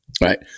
right